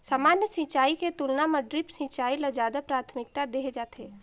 सामान्य सिंचाई के तुलना म ड्रिप सिंचाई ल ज्यादा प्राथमिकता देहे जाथे